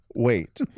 Wait